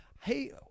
hey